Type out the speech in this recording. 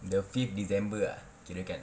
the fifth december ah kirakan